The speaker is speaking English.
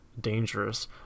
dangerous